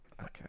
Okay